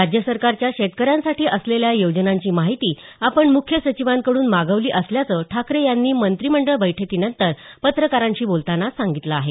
राज्य सरकारच्या शेतकऱ्यांसाठी असलेल्या योजनांची माहिती आपण मुख्य सचिवांकड्रन मागवली असल्याचं ठाकरे यांनी मंत्रिमंडळ बैठकीनंतर पत्रकारांशी बोलताना सांगितलं आहे